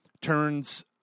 turns